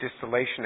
distillation